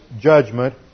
judgment